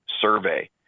survey